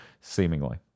seemingly